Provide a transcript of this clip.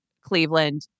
Cleveland